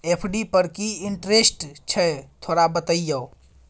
FD पर की interest छय थोरा बतईयो?